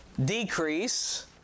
decrease